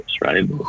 right